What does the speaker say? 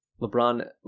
lebron